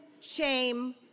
shame